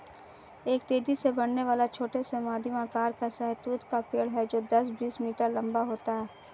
एक तेजी से बढ़ने वाला, छोटा से मध्यम आकार का शहतूत का पेड़ है जो दस, बीस मीटर लंबा होता है